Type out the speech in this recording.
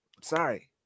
Sorry